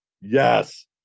Yes